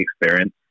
experience